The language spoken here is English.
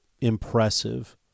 impressive –